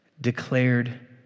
declared